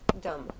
dumb